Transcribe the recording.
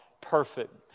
perfect